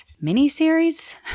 Mini-series